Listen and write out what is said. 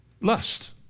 lust